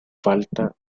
falta